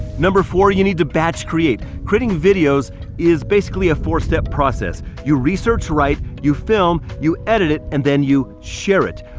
number four, you need to batch create. creating videos is basically a four step process. you research, right? you film, you edit it and then you share it.